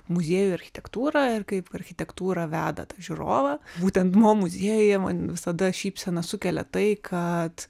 muziejų architektūrą ir kaip architektūra veda tą žiūrovą būtent mo muziejuje man visada šypseną sukelia tai kad